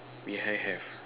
behind have